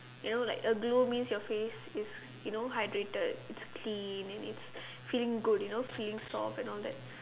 you know like a glow means your face is you know hydrated it's clean and it's feeling good you know feeling soft and all that